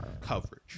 coverage